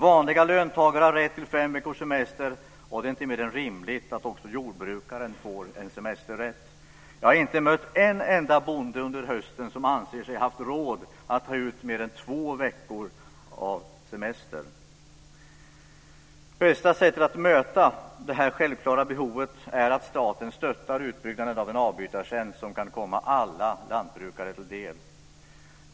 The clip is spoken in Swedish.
Vanliga löntagare har rätt till fem veckors semester, och det är inte mer än rimligt att också jordbrukaren får en semesterrätt. Jag har inte mött en enda bonde under hösten som har ansett sig haft råd att ta ut mer än två veckor av semestern. Det bästa sättet att möta detta självklara behov är att staten stöttar utbyggnaden av en avbytartjänst som kan komma alla lantbrukare till del.